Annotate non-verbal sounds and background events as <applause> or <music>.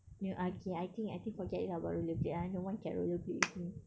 you okay I think I think forget it about roller blade lah no one can roller blade with me <noise>